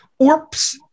Orps